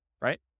right